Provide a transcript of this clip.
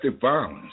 violence